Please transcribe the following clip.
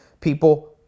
people